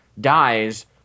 dies